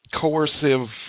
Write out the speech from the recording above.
coercive